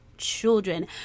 children